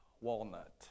walnut